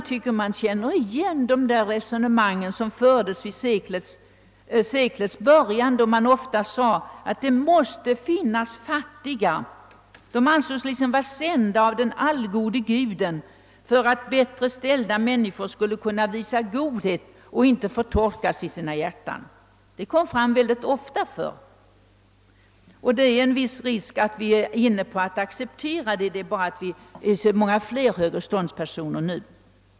Liknande resonemang förekom i seklets början av de konservativa då man menade, att det måste finnas fattiga, och dessa ansågs sända av den Allgode Guden för att bättre ställda människor skulle kunna visa godhet och inte förtorkas i sina hjärtan. Åsikten framkom ofta förr. Det finns en risk för att vi ånyo börjar acceptera detta, vi är bara så många fler högreståndspersoner nu.